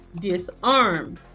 disarm